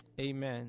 amen